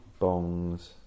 bongs